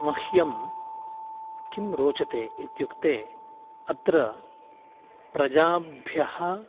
मह्यं किं रोचते इत्युक्ते अत्र प्रजाभ्यः